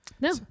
No